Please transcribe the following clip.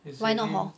why not hor